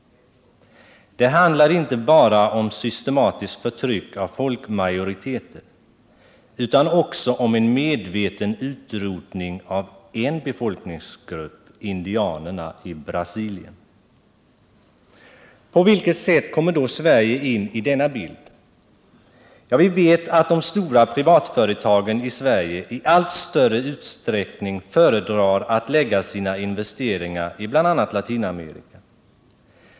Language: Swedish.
Det handlar inte bara om systematiskt förtryck av folkmajoriteter, utan också om en medveten utrotning av en befolkningsgrupp, indianerna i Brasilien. På vilket sätt kommer då Sverige in i denna bild? Vi vet att de stora privatföretagen i Sverige i allt större utsträckning föredrar att lägga sina investeringar i bl.a. Latinamerika.